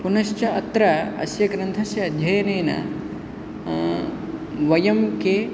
पुनश्च अत्र अस्य ग्रन्थस्य अध्ययनेन वयं के